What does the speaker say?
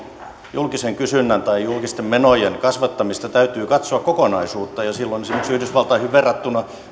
julkisen kysynnän tai julkisten menojen kasvattamista täytyy katsoa kokonaisuutta ja silloin esimerkiksi yhdysvaltoihin verrattuna